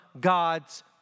God's